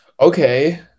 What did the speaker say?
okay